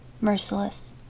merciless